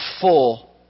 full